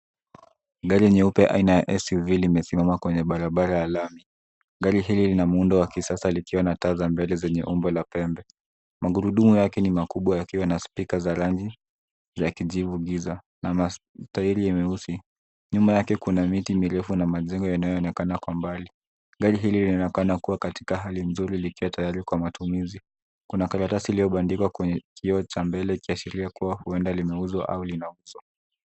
Gari nyeupe aina ya SUV limesimama kwenye barabara ya lami gari hili lina muundo wa kisasa likiwa na taa za mbele zenye umbo la pembe ,magurudumu lake ni makubwa yakiwa na spika za rangi ya kijivu giza na matairi nyeusi nyuma yake kuna miti mirefu na majengo yanayoonekana kwa mbali ,gari hili linakuwa katika hali nzuri likiwa tayari kwa matumizi kuna karatasi iliyobandikwa kwenye kioo cha mbele kiashiria kuwa huenda limeuzwa au linauzwa.